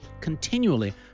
continually